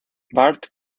bart